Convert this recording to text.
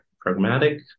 pragmatic